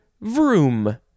vroom